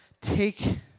take